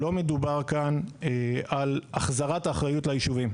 לא מדובר כאן על החזרת האחריות ליישובים.